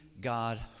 God